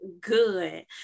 good